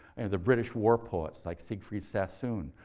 the british war poets like siegfried sassoon.